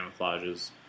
camouflages